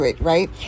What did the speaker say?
Right